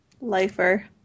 Lifer